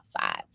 five